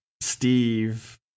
Steve